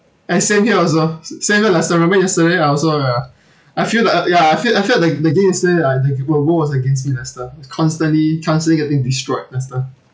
and same here also s~ same here lester remember yesterday I also ya I feel like uh ya I feel I feel like the the game yesterday[ah] I think the whole world is against me lester it's constantly chances getting destroyed lester